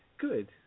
Good